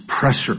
pressure